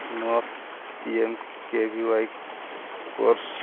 ᱱᱚᱣᱟ P M ᱠᱮ ᱵᱷᱤ ᱚᱣᱟᱭ ᱠᱳᱨᱥ